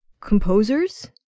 composers